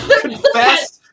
confess